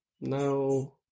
No